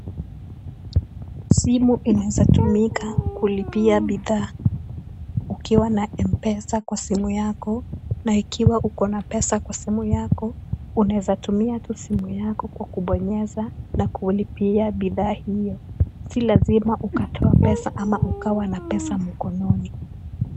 Simu inaeza tumika kulipia bidhaa. Ukiwa na M-pesa kwa simu yako, na ikiwa uko na pesa kwa simu yako, unaeza tumia tu simu yako kwa kubonyeza na kulipia bidhaa hiyo. Si lazima ukatoa pesa ama ukawa na pesa mkononi.